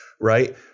Right